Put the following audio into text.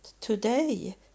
today